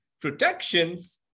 protections